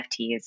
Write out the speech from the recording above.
NFTs